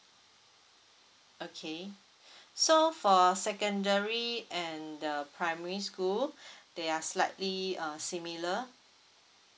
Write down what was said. okay so for secondary and the primary school they are slightly uh similar